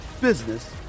business